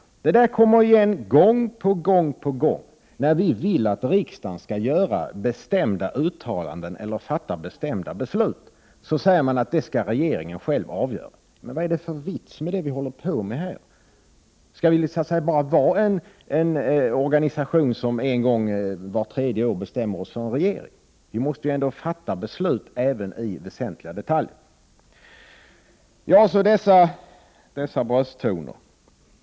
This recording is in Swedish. Denna kommentar kommer igen gång på gång när vi vill att riksdagen skall göra bestämda uttalanden eller fatta bestämda beslut. Men vad är det för vits med det vi håller på med här? Skall riksdagen vara en organisation som vart tredje år bestämmer sig för en regering? Riksdagen måste även fatta beslut i väsentliga detaljer. Så var det brösttonerna.